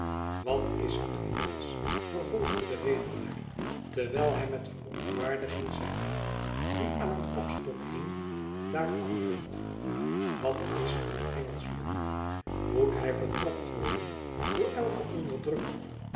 wat is eenmensch vervolgde de redenaar terwijl hij met verontwaardiging zijn hoed die aan een kapstok hing daaraf rukte wat is een engelschman moet hij vertrapt worden door elken onderdrukker